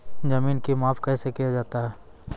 जमीन की माप कैसे किया जाता हैं?